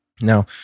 Now